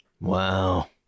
Wow